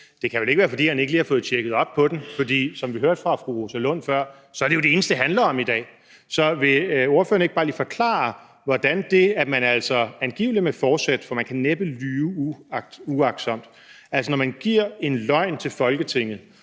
Det kan vel ikke være, fordi han ikke lige har fået tjekket op på den, fordi som vi hørte fru Rosa Lund før, er det jo det eneste, det handler om i dag. Så vil ordføreren ikke bare lige forklare, hvordan det, at man angiveligt med fortsæt, for man kan næppe lyve uagtsomt, giver en løgn til Folketinget,